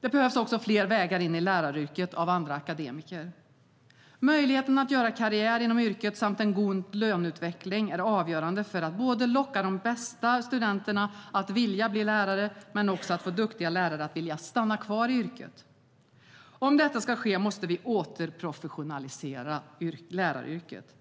Det behövs fler vägar in i läraryrket för andra akademiker. Möjligheten att göra karriär inom yrket samt en god löneutveckling är avgörande för att både locka de bästa studenterna att vilja bli lärare och få duktiga lärare att vilja stanna kvar i yrket. Om detta ska ske måste vi återprofessionalisera läraryrket.